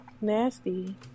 nasty